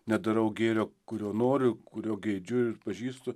nedarau gėrio kurio noriu kurio geidžiu ir pažįstu